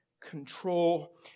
control